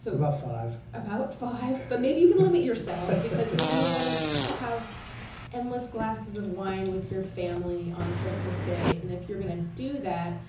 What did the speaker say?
so about five? about five? so but maybe you can limit yourself because maybe you want to have endless glasses of wine with your family on christmas day and if you're going to do that,